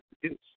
produce